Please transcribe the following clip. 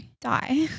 die